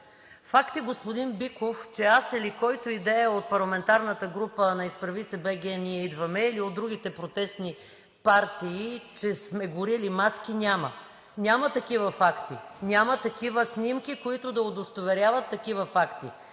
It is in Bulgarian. Факти, господин Биков, че аз или който и да е от парламентарната група на „Изправи се БГ! Ние идваме!“ или от другите протестни партии сме горили маски – няма. Няма такива факти! Няма такива снимки, които да удостоверяват такива факти!